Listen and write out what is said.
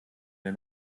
wir